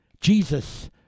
Jesus